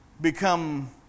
become